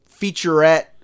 featurette